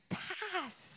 pass